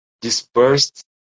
dispersed